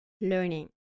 learning